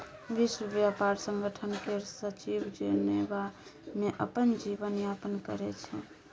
विश्व ब्यापार संगठन केर सचिव जेनेबा मे अपन जीबन यापन करै छै